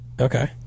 Okay